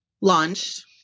Launched